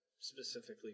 specifically